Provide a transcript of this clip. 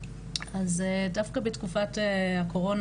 לפעמים אנחנו רואים בקשות שמגיעות גם לוועדות